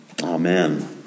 Amen